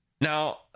Now